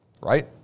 right